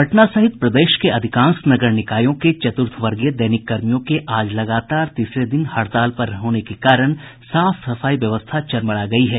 पटना सहित प्रदेश के अधिकांश नगर निकायों के चतुर्थवर्गीय दैनिक कर्मियों के आज लगातार तीसरे दिन हड़ताल पर होने के कारण साफ सफाई व्यवस्था चरमरा गयी है